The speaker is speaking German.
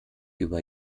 über